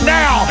now